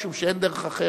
משום שאין דרך אחרת.